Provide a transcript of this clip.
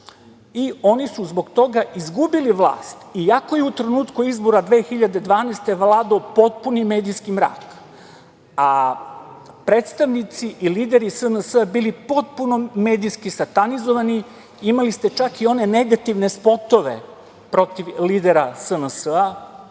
i oni su zbog toga izgubili vlast, iako je u trenutku izbora 2012. godine vladao potpuni medijski mrak, a predstavnici i lideri SNS bili potpuno medijski satanizovani. Imali ste čak i one negativne spotove protiv lidera SNS,